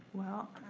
well,